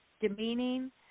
demeaning